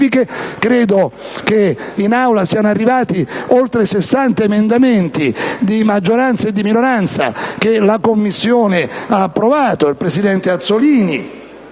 credo che in Aula siano arrivati oltre 60 emendamenti, di maggioranza e minoranza, che la Commissione ha approvato. Il presidente Azzollini